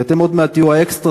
כי אתם עוד מעט תהיו אקסטרה-סמול,